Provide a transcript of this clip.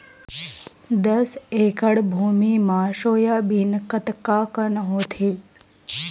दस एकड़ भुमि म सोयाबीन कतका कन होथे?